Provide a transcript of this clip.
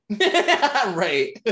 Right